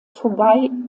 vorbei